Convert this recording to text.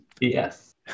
yes